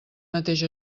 mateix